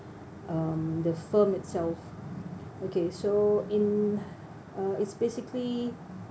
um the film itself okay so in uh it's basically